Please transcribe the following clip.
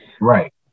Right